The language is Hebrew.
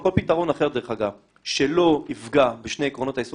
או כל פתרון אחר דרך אגב שלא יפגע בשני עקרונות היסוד